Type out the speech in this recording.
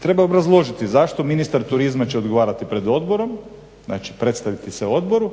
Treba obrazložiti zašto ministar turizma će odgovarati pred odborom, znači predstaviti se odboru